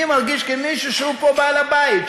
אני מרגיש כמישהו שהוא פה בעל-הבית,